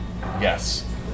Yes